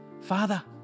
Father